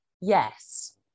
Yes